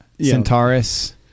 Centaurus